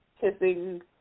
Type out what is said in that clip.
kissing